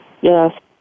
Yes